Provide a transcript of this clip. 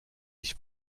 ich